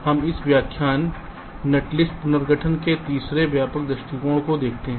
इसलिए हम इस व्याख्यान नेटलिस्ट पुनर्गठन में तीसरे व्यापक दृष्टिकोण को देखते हैं